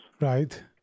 Right